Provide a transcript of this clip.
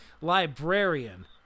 librarian